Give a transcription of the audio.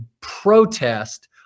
protest